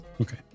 Okay